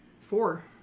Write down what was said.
four